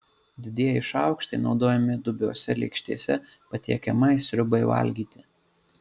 didieji šaukštai naudojami dubiose lėkštėse patiekiamai sriubai valgyti